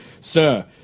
sir